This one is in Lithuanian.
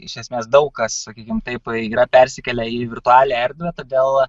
iš esmės daug kas sakykim taip yra persikėlę į virtualią erdvę todėl